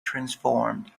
transformed